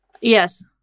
Yes